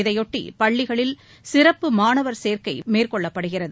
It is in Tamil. இதையொட்டி பள்ளிகளில் சிறப்பு மாணவர் சேர்க்கை மேற்கொள்ளப்படுகிறது